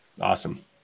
Awesome